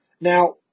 Now